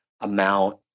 amount